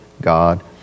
God